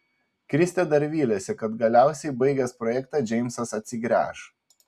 kristė dar vylėsi kad galiausiai baigęs projektą džeimsas atsigręš